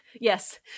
Yes